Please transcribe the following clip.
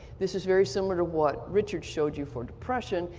this is very similar to what richard showed you for depression,